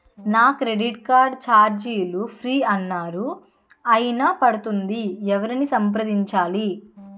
నా credit card ఛార్జీలు free అన్నారు అయినా పడుతుంది ఎవరిని సంప్రదించాలి?